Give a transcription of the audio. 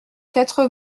quatre